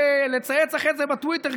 לצייץ אחרי זה בטוויטר,